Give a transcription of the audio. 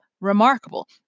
remarkable